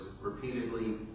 repeatedly